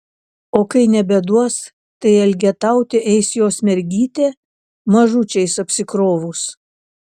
o kai nebeduos tai elgetauti eis jos mergytė mažučiais apsikrovus